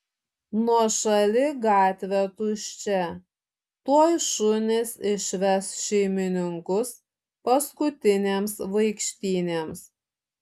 nuošali gatvė tuščia tuoj šunys išves šeimininkus paskutinėms vaikštynėms